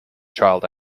child